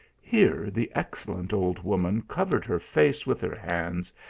here the excellent old woman covered her face with her hands,